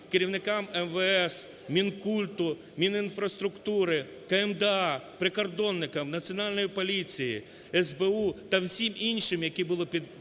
керівникам МВС, Мінкульту, Мінінфраструктуру, КМДА, прикордонникам, Національній поліції, СБУ та всім іншим, які були